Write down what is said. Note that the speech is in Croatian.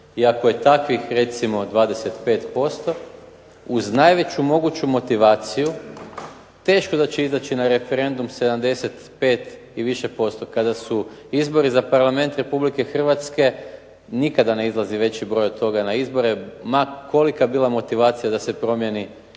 ako je takvih recimo 25% uz najveću moguću motivaciju teško da će izaći na referendum 75 i više posto, kada su izbori za Parlament Republike Hrvatske nikada ne izlazi veći broj od toga na izbore, ma kolika bila motivacija da se promijeni